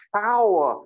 power